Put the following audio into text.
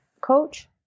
coach